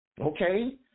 Okay